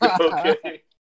Okay